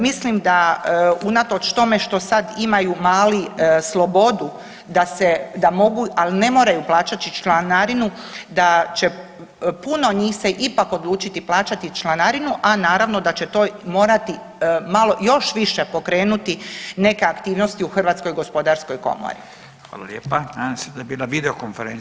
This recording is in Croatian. Mislim da unatoč tome što sada imaju mali slobodu da mogu ali ne moraju plaćati članarinu da će puno njih se ipak odlučiti plaćati članarinu a naravno da će to morati malo još više pokrenuti neke aktivnosti u Hrvatskoj gospodarskoj komori.